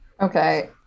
Okay